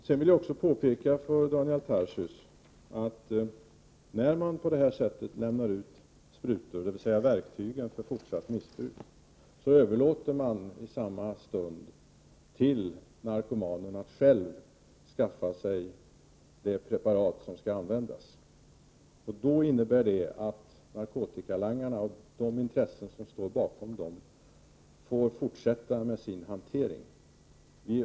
Sedan vill jag påpeka för Daniel Tarschys att man, när man på detta sätt lämnar ut sprutor, dvs. verktygen för fortsatt missbruk, samtidigt överlåter på narkomanen att själv skaffa sig det preparat som skall användas. Det innebär att narkotikalangarna och de intressen som finns bakom dessa får fortsätta med sin hantering.